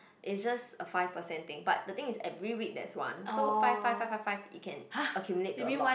it's just a five percent thing but the thing is every week there's one so five five five five five it can accumulate to a lot